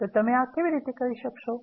તો તમે આ કેવી રીતે કરશો